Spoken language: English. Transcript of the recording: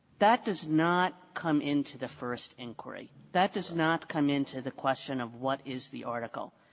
that does not come into the first inquiry. that does not come into the question of what is the article.